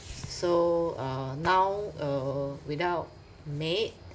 so uh now uh without maid